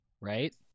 right